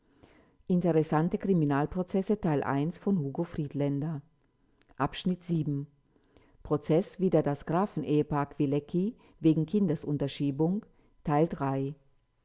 zulässigen strafe von hugo friedländer prozeß wider das grafen ehepaar kwilecki wegen kindesunterschiebung